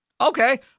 Okay